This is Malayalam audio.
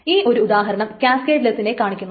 ഈ ഒരു ഉദാഹരണം ക്യാസ്കേഡ്ലെസ്സിനെ കാണിക്കുന്നു